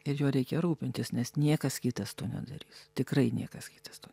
ir juo reikia rūpintis nes niekas kitas to nedarys tikrai niekas kitas to